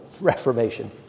reformation